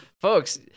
folks